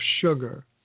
sugar